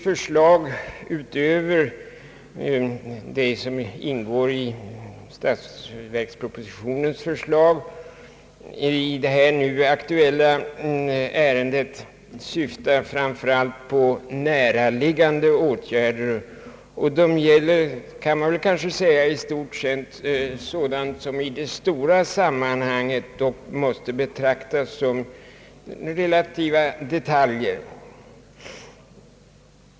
Förslagen utöver dem som ingår i statsverkspropositionen i det nu aktuella ärendet syftar framför allt på näraliggande åtgärder som väl i stort sett kan sägas gälla sådant som i det stora sammanhanget relativt sett dock måste betraktas som detaljer.